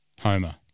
Homer